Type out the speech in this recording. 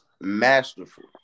masterful